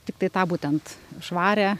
tiktai tą būtent švarią